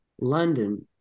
London